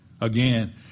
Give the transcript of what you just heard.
Again